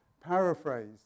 paraphrase